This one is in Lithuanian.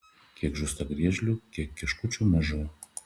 kiek žūsta griežlių kiek kiškučių mažų